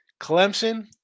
Clemson